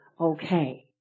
okay